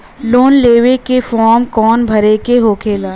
Loan लेवे के form कौन भरे के होला?